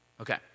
Okay